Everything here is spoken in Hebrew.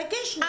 סליחה,